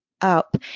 up